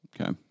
okay